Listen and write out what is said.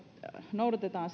noudatetaan